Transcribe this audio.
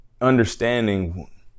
understanding